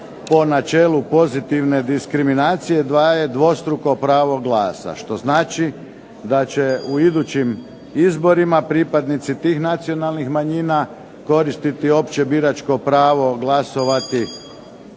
po načelu pozitivne diskriminacije daje dvostruko pravo glasa. Što znači da će u idućim izborima pripadnici tih nacionalnih manjina koristiti opće biračko pravo glasovati